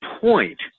point